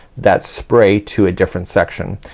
that spray to a different section.